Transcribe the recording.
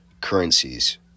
currencies